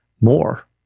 more